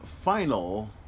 final